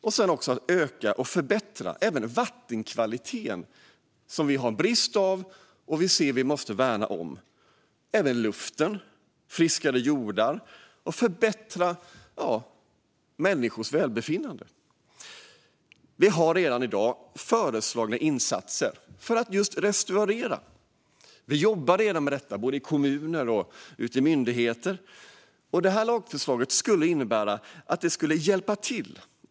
Det gäller även att öka och förbättra vattenkvaliteten, som vi måste värna om men där det finns en brist, och luftkvaliteten. Det gäller att få friskare jordar och att förbättra människors välbefinnande. Det finns redan i dag föreslagna insatser för att just restaurera. Vi jobbar redan med detta både i kommuner och ute i myndigheter. Detta lagförslag skulle hjälpa till.